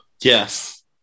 Yes